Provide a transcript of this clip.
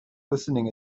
listening